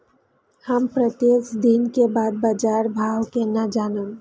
हम प्रत्येक दिन के बाद बाजार भाव केना जानब?